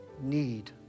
need